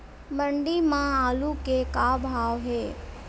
मंडी म आलू के का भाव हे?